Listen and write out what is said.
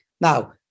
Now